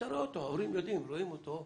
שאתה רואה אותו, ההורים יודעים, רואים אותו,